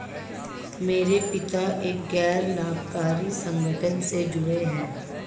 मेरे पिता एक गैर लाभकारी संगठन से जुड़े हैं